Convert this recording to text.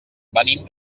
venim